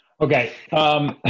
Okay